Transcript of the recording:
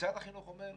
משרד החינוך אומר,